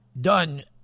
done